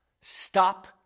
stop